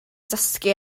dysgu